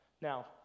Now